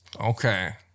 Okay